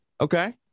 Okay